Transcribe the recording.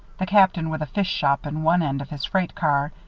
the captain with a fish-shop in one end of his freight car,